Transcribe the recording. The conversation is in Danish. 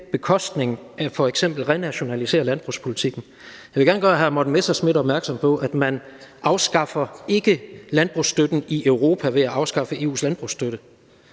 bekostning, at vi f.eks. renationaliserer landbrugspolitikken. Jeg vil gerne gøre hr. Morten Messerschmidt opmærksom på, at man ikke afskaffer landbrugsstøtten i Europa ved at afskaffe EU's landbrugsstøtte.